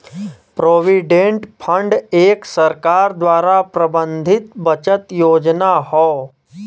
provident fund एक सरकार द्वारा प्रबंधित बचत योजना हौ